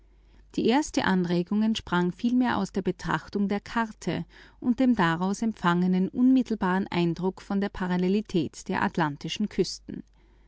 die erste idee der kontinentalverschiebungen kam mir einst bei betrachtung der weltkarte unter dem unmittelbaren eindruck von der parallelität der atlantischen küsten